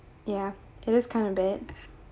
ya it is kind of bad